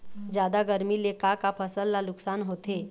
जादा गरमी ले का का फसल ला नुकसान होथे?